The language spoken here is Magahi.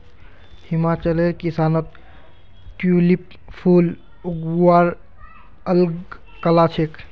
हिमाचलेर किसानत ट्यूलिप फूल उगव्वार अल ग कला छेक